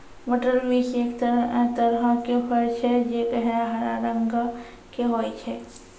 मटर बींस एक तरहो के फर छै जे गहरा हरा रंगो के होय छै